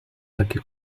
taky